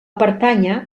pertànyer